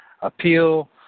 appeal